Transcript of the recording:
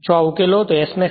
જો આ ઉકેલો તો Smax0